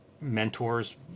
mentors